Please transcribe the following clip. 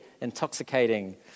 intoxicating